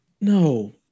no